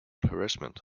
harassment